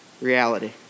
reality